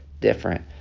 different